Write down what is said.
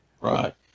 right